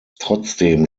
trotzdem